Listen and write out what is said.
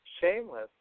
Shameless